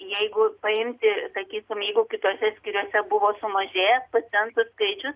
jeigu paimti sakysim jeigu kituose skyriuose buvo sumažėjęs pacientų skaičius